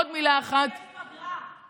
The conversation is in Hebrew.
קחי בחשבון שיש פגרה.